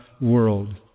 world